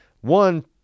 one